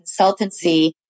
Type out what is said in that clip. consultancy